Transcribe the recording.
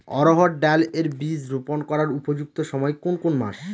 অড়হড় ডাল এর বীজ রোপন করার উপযুক্ত সময় কোন কোন মাস?